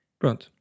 pronto